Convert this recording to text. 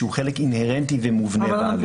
שהוא חלק אינהרנטי ומובנה בהליך.